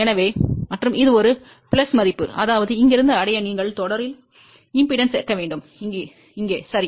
எனவே மற்றும் இது ஒரு பிளஸ் மதிப்பு அதாவது இங்கிருந்து அடைய நீங்கள் தொடரில் தூண்டலைச் சேர்க்க வேண்டும் இங்கே சரி